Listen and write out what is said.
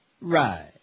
Right